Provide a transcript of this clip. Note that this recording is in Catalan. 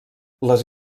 les